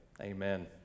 amen